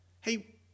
hey